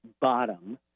bottom